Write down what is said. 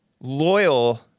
loyal